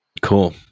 cool